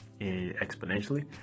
exponentially